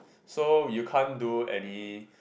so you can't do any